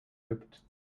gibt